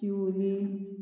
Siolim